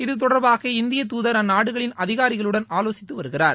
இதுதொடர்பாக இந்திய தூதர் அந்நாடுகளின் அதிகாரிகளுடன் ஆலோசித்து வருகிறார்